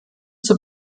zur